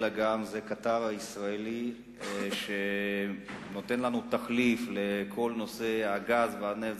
אלא זה הקטר הישראלי שנותן לנו תחליף לכל נושא הגז והנפט.